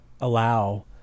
allow